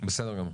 בסדר גמור.